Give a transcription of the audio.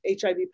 HIV